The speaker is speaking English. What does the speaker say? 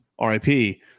RIP